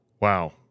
Wow